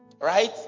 Right